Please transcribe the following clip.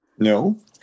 No